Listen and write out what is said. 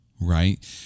right